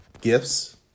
gifts